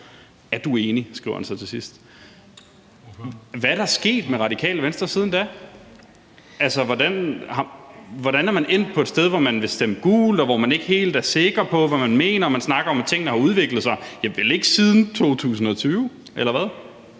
Er du enig, skriver han så til sidst. Hvad er der sket med Radikale Venstre siden da? Hvordan er man endt et sted, hvor man vil stemme gult, hvor man ikke er helt sikker på, hvad man mener, og hvor man snakker om, at tingene har udviklet sig? De har vel ikke udviklet sig siden 2020, eller hvad?